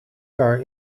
kar